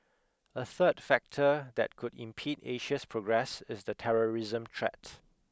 a third factor that could impede Asia's progress is the terrorism threat